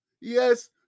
Yes